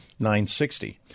960